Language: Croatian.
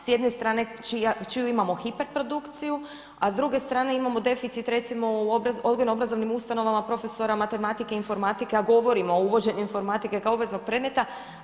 S jedne strane, čiju imamo hiper produkciju, a s druge strane imamo deficit recimo u odgojno obrazovnim ustanovama profesora matematike i informatike, a govorimo o uvođenju informatike kao obveznog predmete.